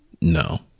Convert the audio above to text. no